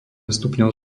stupňov